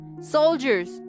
Soldiers